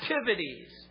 activities